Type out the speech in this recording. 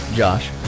Josh